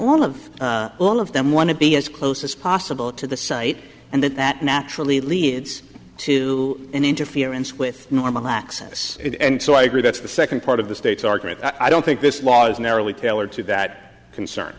all of all of them want to be as close as possible to the site and that that naturally leads to an interference with normal access and so i agree that's the second part of the state's argument that i don't think this law is narrowly tailored to that concern